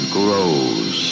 grows